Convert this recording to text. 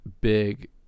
big